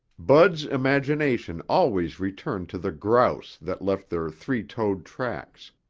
bud's imagination always returned to the grouse that left their three-toed tracks,